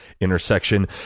intersection